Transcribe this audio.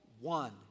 one